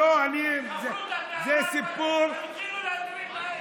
חפרו את התעלה כבר, והם התחילו להזרים מים.